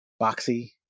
boxy